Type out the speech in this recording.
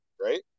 right